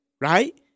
right